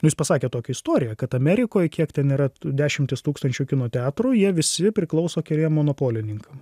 nu jis pasakė tokią istoriją kad amerikoj kiek ten yra dešimtys tūkstančių kino teatrų jie visi priklauso keliem monopolininkam